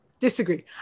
Disagree